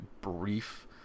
brief